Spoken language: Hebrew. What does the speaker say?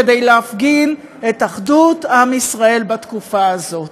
כדי להפגין את אחדות עם ישראל בתקופה זאת.